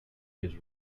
his